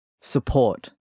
Support